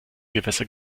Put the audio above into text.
gewässer